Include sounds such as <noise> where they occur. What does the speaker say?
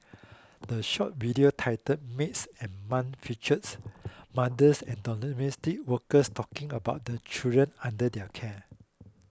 the short video titled Maids and Mum features mothers and <unintelligible> workers talking about the children under their care